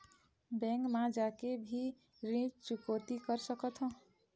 Bank मा जाके भी ऋण चुकौती कर सकथों?